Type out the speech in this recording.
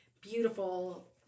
beautiful